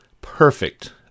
perfect